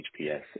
HPS